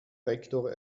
rektor